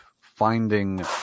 finding